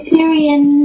Syrian